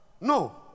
No